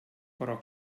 però